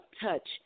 touch